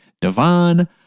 Devon